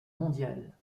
mondiale